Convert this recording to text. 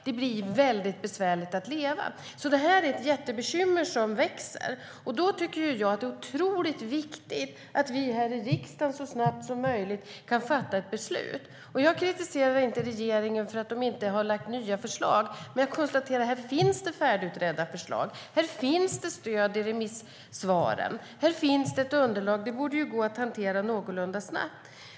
Det blir väldigt besvärligt att leva. Det här är alltså ett jättebekymmer som växer. Då tycker jag att det är otroligt viktigt att vi här i riksdagen så snabbt som möjligt kan fatta ett beslut. Jag kritiserade inte regeringen för att den inte lagt fram nya förslag, utan konstaterade att det redan finns färdigutredda förslag. Det finns stöd i remissvaren. Det finns ett underlag. Detta borde gå att hantera någorlunda snabbt.